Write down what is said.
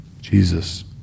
Jesus